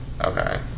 Okay